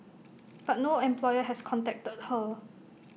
but no employer has contacted her